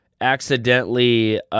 accidentally